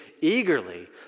eagerly